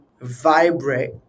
vibrate